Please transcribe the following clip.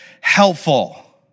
helpful